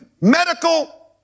medical